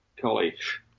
College